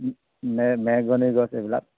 মেগনি গছ এইবিলাক